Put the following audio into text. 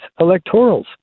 electorals